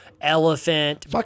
elephant